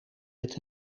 met